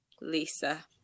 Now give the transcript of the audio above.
Lisa